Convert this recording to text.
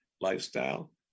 lifestyle